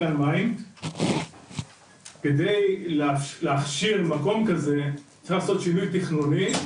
על מנת להכשיר מקום כזה צריך לעשות שינוי תכנוני,